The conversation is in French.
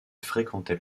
fréquentait